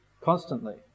constantly